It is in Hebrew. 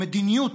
או מדיניות,